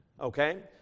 Okay